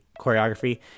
choreography